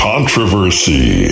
Controversy